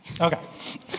Okay